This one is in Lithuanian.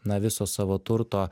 na viso savo turto